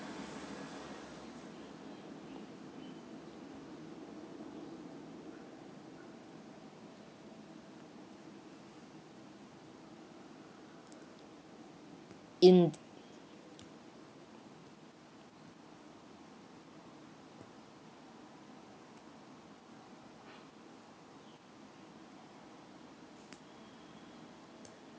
in